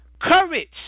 courage